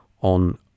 on